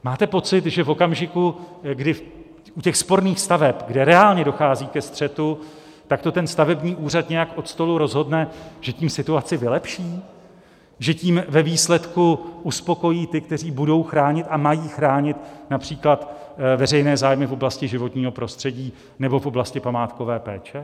Máte pocit, že v okamžiku, kdy u sporných staveb, kde reálně dochází ke střetu, tak to stavební úřad nějak od stolu rozhodne, že tím situaci vylepší, že tím ve výsledku uspokojí ty, kteří budou chránit a mají chránit například veřejné zájmy v oblasti životního prostředí nebo v oblasti památkové péče?